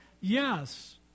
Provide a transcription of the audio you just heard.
yes